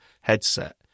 headset